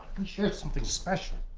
and shared something special.